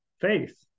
faith